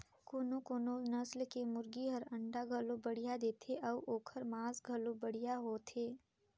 कोनो कोनो नसल के मुरगी हर अंडा घलो बड़िहा देथे अउ ओखर मांस घलो बढ़िया होथे